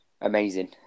amazing